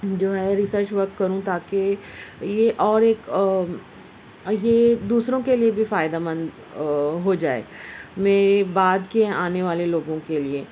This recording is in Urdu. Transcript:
جو ہے ریسرچ ورک کروں تاکہ یہ اور ایک یہ دوسروں کے لیے بھی فائدہ مند ہو جائے میرے بعد کے آنے والے لوگوں کے لئے